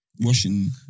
Washing